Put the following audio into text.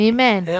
Amen